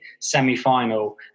semi-final